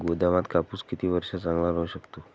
गोदामात कापूस किती वर्ष चांगला राहू शकतो?